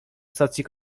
stacji